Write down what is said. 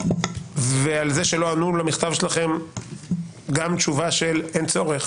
וזה שלא ענו למכתב שלכם גם תשובה של אין צורך,